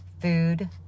food